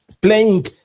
playing